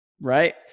right